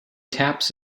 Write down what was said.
taps